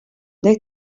dei